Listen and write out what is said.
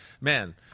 man